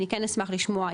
אני כן אשמח לשמוע,